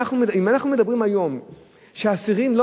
אם אנחנו אומרים היום שהאסירים לא